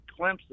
Clemson